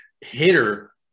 hitter